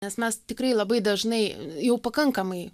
nes mes tikrai labai dažnai jau pakankamai